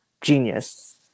genius